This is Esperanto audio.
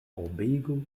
urbego